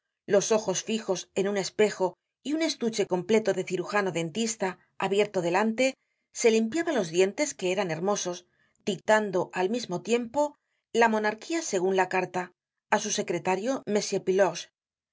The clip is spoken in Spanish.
los ojos fijos en un espejo y un estuche completo de cirujano dentista abierto delante se limpiaba los dientes que eran hermosos dictando al mismo tiempo la monarquía según la carta á su secretarío m